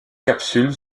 capsule